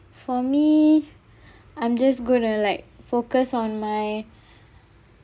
for me I'm just gonna like focus on my